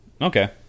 Okay